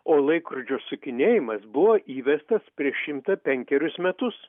o laikrodžių sukinėjimas buvo įvestas prieš šimtą penkerius metus